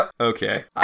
okay